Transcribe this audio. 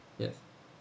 yes